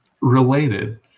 related